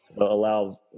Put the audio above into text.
allow